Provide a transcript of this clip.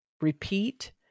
repeat